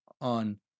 on